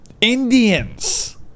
indians